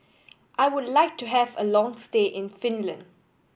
I would like to have a long stay in Finland